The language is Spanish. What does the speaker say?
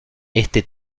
este